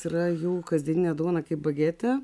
yra jų kasdieninė duona kaip bagetė